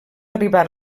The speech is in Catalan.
arribar